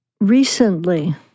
Recently